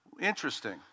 Interesting